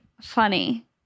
Funny